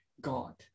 God